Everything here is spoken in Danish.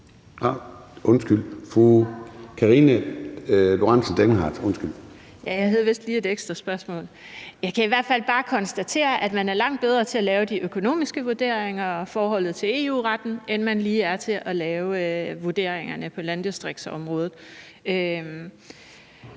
jeg havde vist lige et ekstra spørgsmål. Jeg kan i hvert fald bare konstatere, at man er langt bedre til at lave de økonomiske vurderinger og i forhold til EU-retten, end man lige er til at lave vurderingerne på landdistriktsområdet.